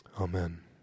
Amen